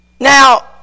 Now